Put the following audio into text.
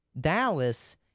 Dallas